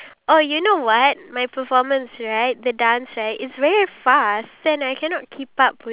they just think of the money only they just think of themself